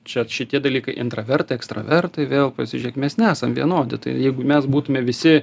čia šitie dalykai intravertai ekstravertai vėl pasižiūrėk mes nesam vienodi tai jeigu mes būtume visi